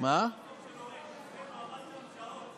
למה לא סיפרו למפקד הטייסת שהמסוק שלו ריק?